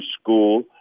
school